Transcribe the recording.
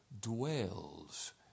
dwells